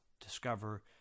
discover